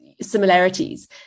similarities